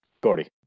Gordy